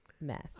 mess